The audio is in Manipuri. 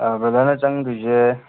ꯑꯥ ꯕ꯭ꯔꯣꯗꯔꯅ ꯆꯪꯒꯗꯣꯏꯁꯦ